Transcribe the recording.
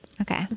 Okay